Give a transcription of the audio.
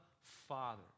Father